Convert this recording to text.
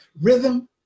rhythm